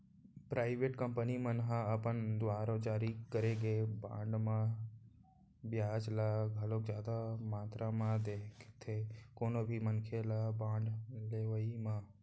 private company मन ह अपन दुवार जारी करे गे बांड मन म बियाज ल घलोक जादा मातरा म देथे कोनो भी मनखे ल बांड लेवई म